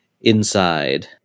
inside